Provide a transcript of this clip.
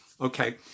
Okay